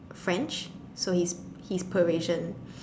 French so he's he's Parisian